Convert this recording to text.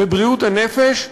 בבריאות הנפש,